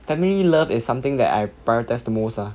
family love is something that I prioritise the most ah